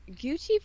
Gucci